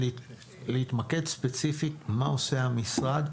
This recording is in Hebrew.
אתה יכול להתמקד ספציפית מה עושה המשרד?